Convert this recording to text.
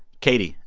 katie,